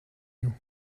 you